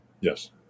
Yes